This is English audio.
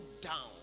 down